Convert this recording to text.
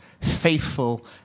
faithful